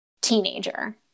teenager